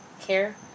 care